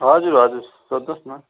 हजुर हजुर सोध्नुहोस् न